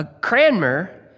Cranmer